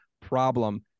problem